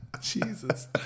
Jesus